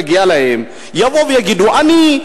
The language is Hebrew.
מגיע להם שיבואו ויגידו: אני,